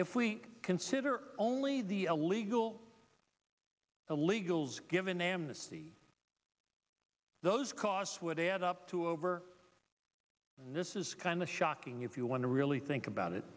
if we consider only the illegal illegals given amnesty those costs would add up to over and this is kind of shocking if you want to really think about it